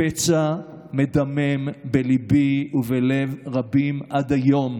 הפצע מדמם בליבי ובלב רבים עד היום.